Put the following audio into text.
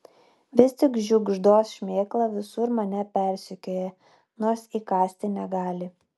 vis tik žiugždos šmėkla visur mane persekioja nors įkąsti negali